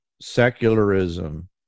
secularism